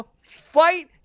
fight